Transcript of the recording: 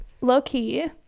low-key